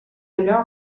allò